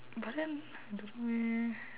but then I don't know eh